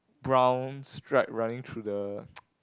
brown stripe running through the